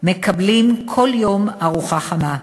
מקבלים בכל יום ארוחה חמה.